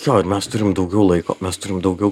jo ir mes turim daugiau laiko mes turim daugiau